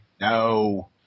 No